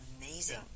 amazing